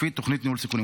לפי תוכנית ניהול סיכונים.